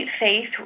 faith